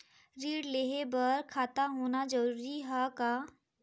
ऋण लेहे बर खाता होना जरूरी ह का?